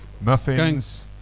muffins